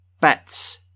bats